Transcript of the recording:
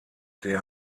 der